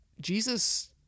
jesus